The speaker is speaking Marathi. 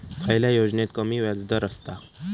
खयल्या योजनेत कमी व्याजदर असता?